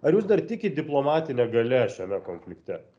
ar jūs dar tikit diplomatine galia šiame konflikte